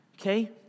okay